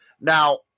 Now